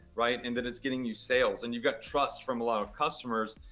right, and that it's getting you sales, and you've got trust from a lot of customers,